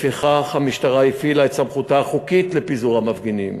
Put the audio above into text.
לפיכך המשטרה הפעילה את סמכותה החוקית לפיזור המפגינים.